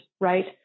right